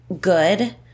good